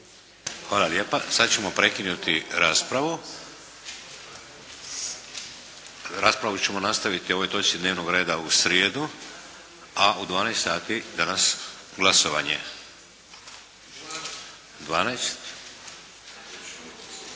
Hvala lijepa. Sad ćemo prekinuti raspravu. Raspravu ćemo nastaviti o ovoj točci dnevnoga reda u srijedu. A u 12 sati danas glasovanje.